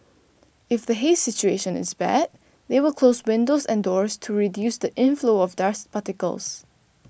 if the haze situation is bad they will close windows and doors to reduce the inflow of dust particles